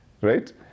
Right